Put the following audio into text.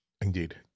indeed